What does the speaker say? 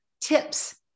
tips